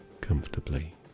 comfortably